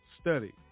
Study